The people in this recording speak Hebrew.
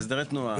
כמו הסדרי תנועה.